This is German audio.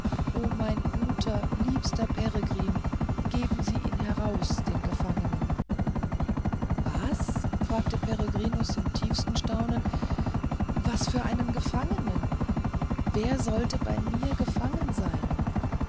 o mein guter liebster peregrin geben sie ihn heraus den gefangenen was fragte peregrinus im tiefsten staunen was für einen gefangenen wer sollte bei mir gefangen sein